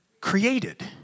Created